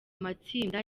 matsinda